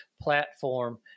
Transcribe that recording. platform